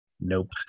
Nope